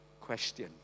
question